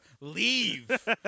Leave